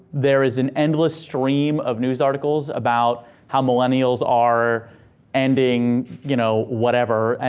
there is an endless stream of news articles about how millennials are ending you know whatever. and